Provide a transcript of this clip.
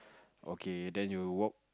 okay then you walk